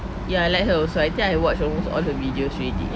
ya I like her also I think I watch almost all her videos already